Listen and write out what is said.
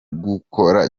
gukora